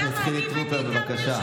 אני הבאתי את עמי